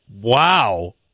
Wow